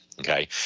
Okay